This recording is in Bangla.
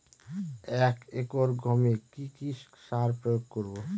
এক একর গমে কি কী সার প্রয়োগ করব?